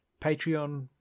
Patreon